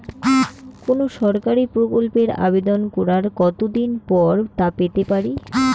কোনো সরকারি প্রকল্পের আবেদন করার কত দিন পর তা পেতে পারি?